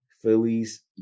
Phillies